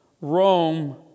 Rome